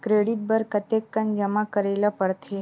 Credit बर कतेकन जमा करे ल पड़थे?